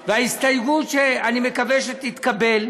וההסתייגות, שאני מקווה שתתקבל,